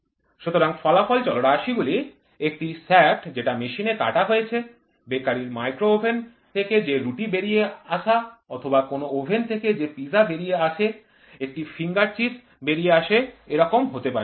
সুতরাং ফলাফল চলরাশিগুলি একটি শ্যাফ্ট যেটা মেশিনে কাটা হয়েছে বেকারির মাইক্রোওভেন থেকে যে রুটি বেরিয়ে আসে অথবা কোন ওভেন থেকে যে পিজা বেরিয়ে আসে একটি ফিঙ্গার চিপস বেরিয়ে আসে এরকম হতে পারে